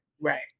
Right